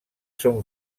són